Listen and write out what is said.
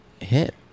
hit